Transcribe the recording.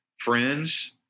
friends